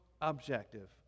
objective